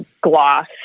gloss